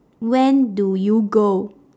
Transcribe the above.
when do you go